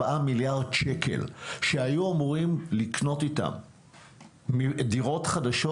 מיליארד שקלים איתם היו אמורים לקנות דירות חדשות.